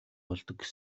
болдог